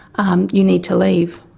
um you need to leave.